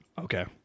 Okay